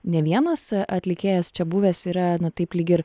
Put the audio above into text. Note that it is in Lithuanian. ne vienas atlikėjas čia buvęs yra na taip lyg ir